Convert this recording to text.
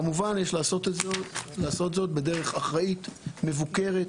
כמובן, יש לעשות זאת בדרך אחראית, מבוקרת.